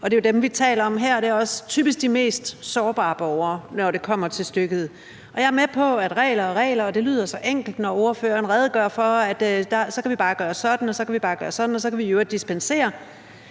og det er jo de mennesker, vi taler om her, og det er også typisk de mest sårbare borgere, når det kommer til stykket. Jeg er med på, at regler er regler, og det lyder så enkelt, når ordføreren redegør for, at man bare kan gøre sådan og sådan, og så kan man i øvrigt dispensere.